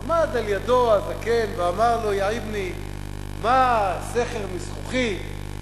עמד על-ידו הזקן ואמר: יא אבני, מה, סכר מזכוכית?